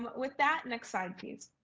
with that, next slide, please.